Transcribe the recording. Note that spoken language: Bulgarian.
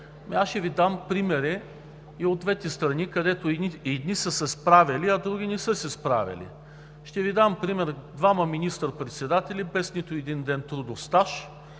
Аз ще Ви дам примери и от двете страни, където едни са се справяли, а други не са се справяли. Ще Ви дам пример: двама министър-председатели без нито един ден трудов стаж,